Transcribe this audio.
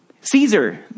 Caesar